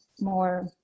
more